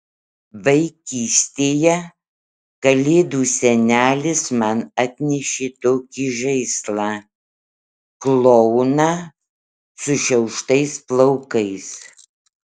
vaikystėje kalėdų senelis man atnešė tokį žaislą klouną sušiauštais plaukais